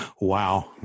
Wow